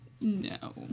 No